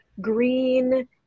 green